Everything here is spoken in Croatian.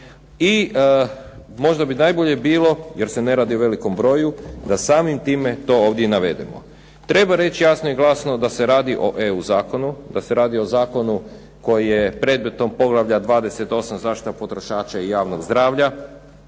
i možda bi najbolje bilo, jer se ne radi o velikom broju, da samim time to ovdje i navedemo. Treba reći jasno i glasno da se radi o EU zakonu, da se radi o zakonu koji je predmetom poglavlja 28. Zaštita potrošača i javnog zdravlja,